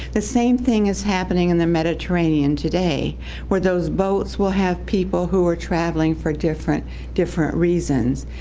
the same thing is happening in the mediterranean today where those boats will have people who are travelling for different different reasons,